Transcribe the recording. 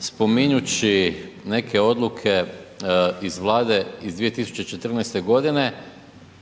spominjući neke odluke iz Vlade iz 2014. g.